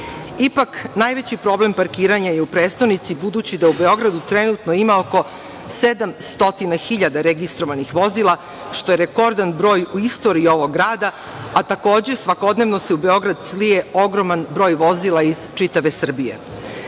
Ipak, najveći problem parkiranja je u prestonici, budući da u Beogradu trenutno ima oko 700.000 registrovanih vozila, što je rekordan broj u istoriji ovog grada, a takođe, svakodnevno se u Beograd slije ogroman broj vozila iz čitave Srbije. Prema